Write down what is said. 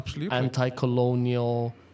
anti-colonial